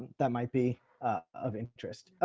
that might be of interest. oh,